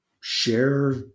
share